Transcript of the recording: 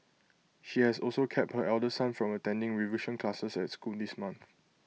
she has also kept her elder son from attending revision classes at school this month